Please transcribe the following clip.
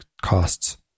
costs